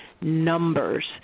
numbers